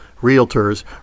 realtors